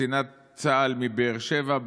קצינת צה"ל מבאר שבע,